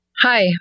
Hi